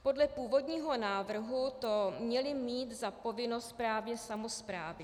Podle původního návrhu to měly mít za povinnost právě samosprávy.